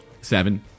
Seven